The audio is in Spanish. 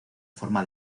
forma